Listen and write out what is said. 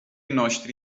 noștri